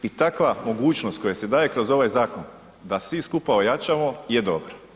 I takva mogućnost koja se daje kroz ovaj zakon da svi skupa ojačamo je dobra.